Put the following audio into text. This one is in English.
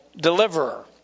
deliverer